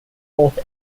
both